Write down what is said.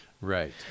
Right